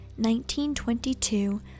1922